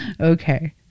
Okay